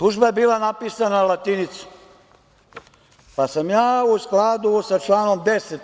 Tužba je bila napisana latinicom, pa sam ja, u skladu sa članom 10.